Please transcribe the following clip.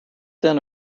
then